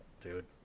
dude